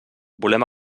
volem